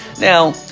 Now